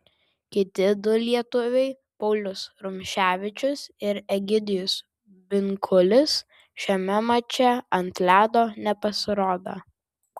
kiti du lietuviai paulius rumševičius ir egidijus binkulis šiame mače ant ledo nepasirodė